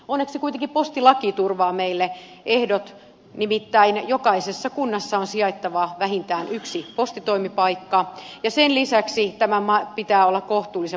onneksi kuitenkin postilaki turvaa meille ehdot nimittäin jokaisessa kunnassa on sijaittava vähintään yksi postitoimipaikka ja sen lisäksi tämän pitää olla kohtuullisen matkan päässä